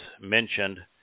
mentioned